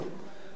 אבל אין.